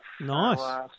Nice